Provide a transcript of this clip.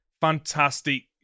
fantastic